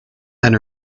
and